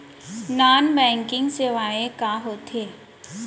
non banking सेवाएं का होथे